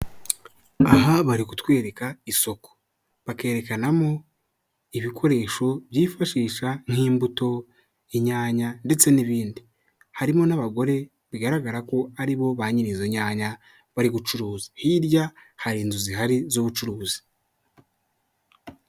Aha bari kutwereka isoko. Bakerekanamo ibikoresho byifashisha nk'imbuto, inyanya ndetse n'ibindi. Harimo n'abagore bigaragara ko aribo ba nyir'izo nyanya bari gucuruza. Hirya hari inzu zihari z'ubucuruzi.